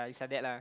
it's like that lah